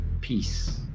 Peace